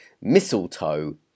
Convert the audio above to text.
mistletoe